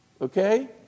Okay